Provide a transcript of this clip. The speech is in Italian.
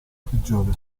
prigione